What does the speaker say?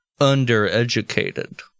undereducated